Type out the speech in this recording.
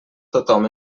tothom